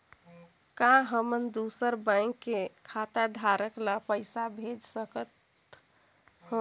का हमन दूसर बैंक के खाताधरक ल पइसा भेज सकथ हों?